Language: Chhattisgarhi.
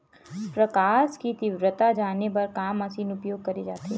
प्रकाश कि तीव्रता जाने बर का मशीन उपयोग करे जाथे?